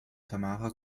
tamara